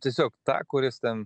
tiesiog tą kuris ten